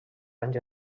anys